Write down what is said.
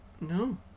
No